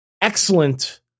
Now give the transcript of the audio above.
Excellent